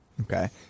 okay